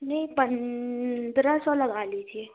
नहीं पन द्रह सौ लगा लीजिए